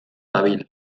dabil